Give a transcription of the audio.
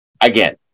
Again